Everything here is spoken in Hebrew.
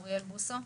אוריאל בוסו?